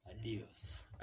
adios